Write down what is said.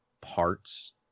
parts